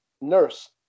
nurse